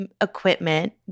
equipment